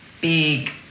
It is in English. big